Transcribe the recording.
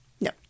No